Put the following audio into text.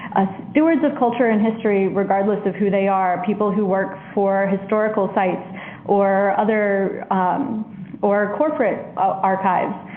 stewards of culture and history regardless of who they are, people who work for historical sites or other um or corporate archives.